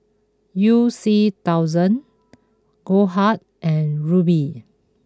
you C Thousand Goldheart and Rubi